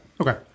Okay